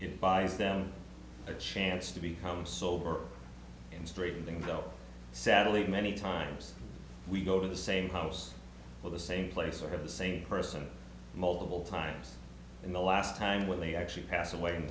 it buys them a chance to become sober and straighten things out sadly many times we go to the same house or the same place or have the same person multiple times in the last time when they actually pass away and